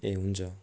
ए हुन्छ